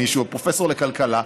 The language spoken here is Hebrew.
או פרופסור לכלכלה,